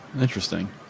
interesting